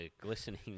glistening